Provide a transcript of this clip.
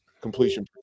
completion